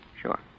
Sure